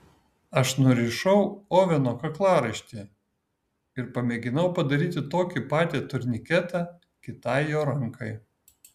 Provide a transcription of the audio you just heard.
aš nurišau oveno kaklaraištį ir pamėginau padaryti tokį patį turniketą kitai jo rankai